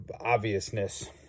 obviousness